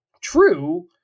true